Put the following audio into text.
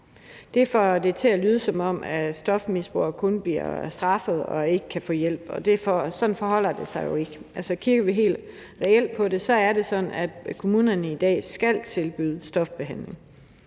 Det får det til at lyde, som om stofmisbrugere kun bliver straffet og ikke kan få hjælp, og sådan forholder det sig jo ikke. Altså, det er sådan helt reelt, når vi kigger på det, at kommunerne i dag skal tilbyde stofbehandling.